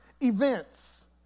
events